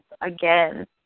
again